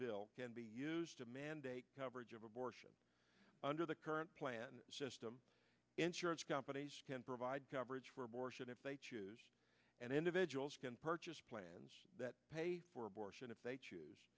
bill can be used to mandate coverage of abortion under the current plan insurance companies can provide coverage for abortion if they choose and individuals can purchase plans that pay for abortion if they choose